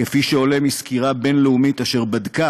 כפי שעולה מסקירה בין-לאומית אשר בדקה